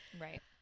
Right